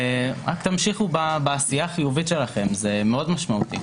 רק תמשיכו בעשייה החיובית שלכם, זה מאוד משמעותי.